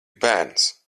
bērns